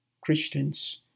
Christians